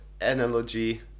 analogy